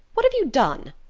what have you done?